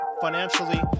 financially